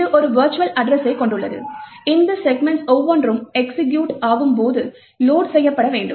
இது ஒரு வெர்ச்சுவல் அட்ரஸ்ஸைக் கொண்டுள்ளது இந்த செக்மென்ட்ஸ் ஒவ்வொன்றும் எஸ்சிகியூட் ஆகும் போது லோட் செய்யப்பட வேண்டும்